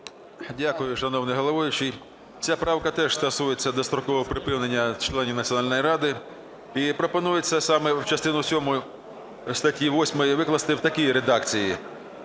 Дякую, шановний головуючий. Ця правка теж стосується дострокового припинення членів Національної ради. І пропонується саме частину сьому статті 8 викласти в такій редакції: